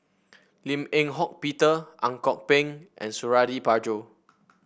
Lim Eng Hock Peter Ang Kok Peng and Suradi Parjo